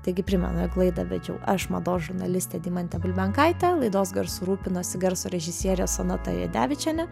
taigi primenu jog laidą vedžiau aš mados žurnalistė deimantė bulbenkaitė laidos garsu rūpinosi garso režisierė sonata jadevičienė